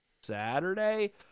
Saturday